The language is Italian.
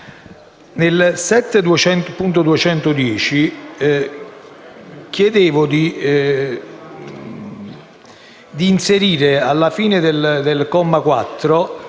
7.210 chiedo di inserire, alla fine del comma 4,